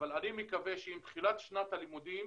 אבל אני מקווה שעם תחילת שנת הלימודים